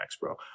bro